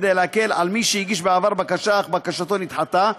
כדי להקל על מי שהגיש בעבר בקשה אך בקשתו נדחתה,